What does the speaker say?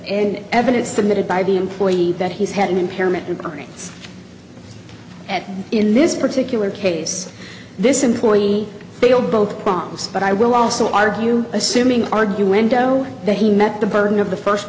in evidence submitted by the employee that he's had an impairment and brings in this particular case this employee failed both songs but i will also argue assuming argue window that he met the burden of the first